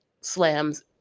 slams